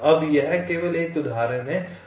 अब यह केवल एक उदाहरण है